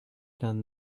done